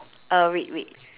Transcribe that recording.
uh red red